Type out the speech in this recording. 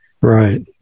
Right